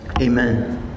amen